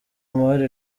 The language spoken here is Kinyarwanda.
amahoro